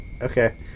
Okay